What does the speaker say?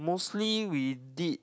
mostly we did